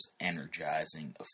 energizing